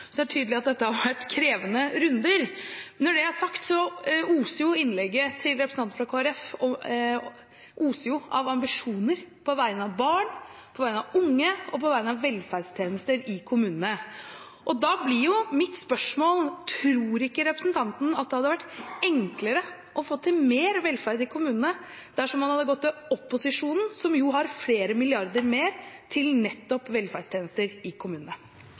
så det er tydelig at det har vært krevende runder. Når det er sagt, oser jo innlegget til representanten fra Kristelig Folkeparti av ambisjoner på vegne av barn, på vegne av unge og på vegne av velferdstjenester i kommunene. Da blir mitt spørsmål: Tror ikke representanten at det hadde vært enklere å få til mer velferd i kommunene dersom man hadde gått til opposisjonen, som jo har flere milliarder mer til nettopp velferdstjenester i kommunene?